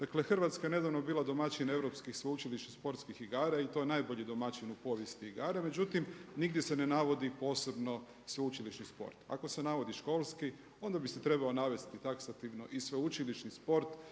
Dakle Hrvatska je nedavno bila domaćin Europskih sveučilišnih sportskih igra i to najbolji domaćin u povijesti igara, međutim nigdje se ne navodi posebno sveučilišni sport. Ako se navodi školski onda bi se trebao navesti taksativno i sveučilišni sport